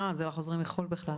אה, זה לחוזרים מחו"ל בכלל.